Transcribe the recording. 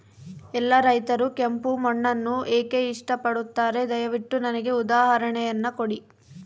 ಎಲ್ಲಾ ರೈತರು ಕೆಂಪು ಮಣ್ಣನ್ನು ಏಕೆ ಇಷ್ಟಪಡುತ್ತಾರೆ ದಯವಿಟ್ಟು ನನಗೆ ಉದಾಹರಣೆಯನ್ನ ಕೊಡಿ?